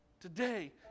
Today